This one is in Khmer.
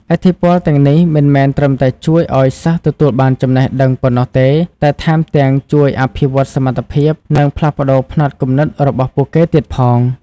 ឥទ្ធិពលទាំងនេះមិនមែនត្រឹមតែជួយឲ្យសិស្សទទួលបានចំណេះដឹងប៉ុណ្ណោះទេ តែថែមទាំងជួយអភិវឌ្ឍសមត្ថភាព និងផ្លាស់ប្តូរផ្នត់គំនិតរបស់ពួកគេទៀតផង។